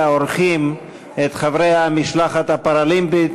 האורחים את חברי המשלחת הפראלימפית,